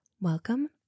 Welcome